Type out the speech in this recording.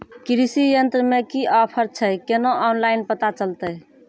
कृषि यंत्र मे की ऑफर छै केना ऑनलाइन पता चलतै?